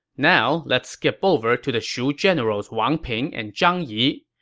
now, let's skip over to the shu generals wang ping and zhang yi.